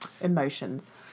emotions